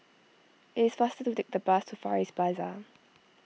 it is faster to take the bus to Far East Plaza